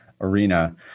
arena